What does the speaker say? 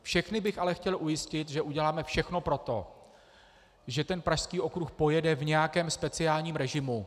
Všechny bych ale chtěl ujistit, že uděláme všechno pro to, že ten Pražský okruh pojede v nějakém speciálním režimu.